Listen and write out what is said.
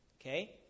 Okay